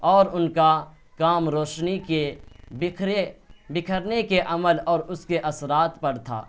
اور ان کا کام روشنی کے بکھرے بکھرنے کے عمل اور اس کے اثرات پر تھا